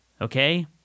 Okay